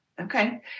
okay